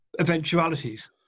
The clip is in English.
eventualities